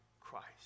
Christ